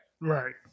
Right